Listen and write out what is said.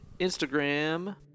Instagram